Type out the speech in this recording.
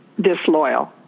disloyal